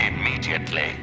immediately